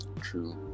True